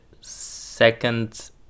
second